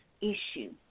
issue